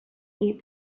eat